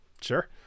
sure